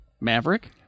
Maverick